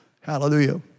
hallelujah